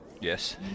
yes